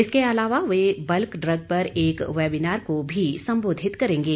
इसके अलावा वे बल्क ड्रग पर एक वैबिनार को भी संबोधित करेंगे